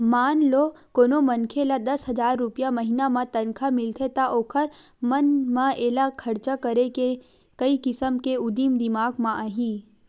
मान लो कोनो मनखे ल दस हजार रूपिया महिना म तनखा मिलथे त ओखर मन म एला खरचा करे के कइ किसम के उदिम दिमाक म आही